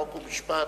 חוק ומשפט.